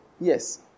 Yes